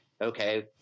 okay